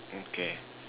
okay